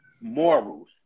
morals